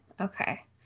Okay